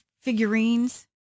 figurines